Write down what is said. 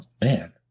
man